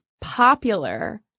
popular